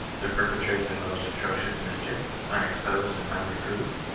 to perpetrate the most atrocious mischief, un exposed and unreproved?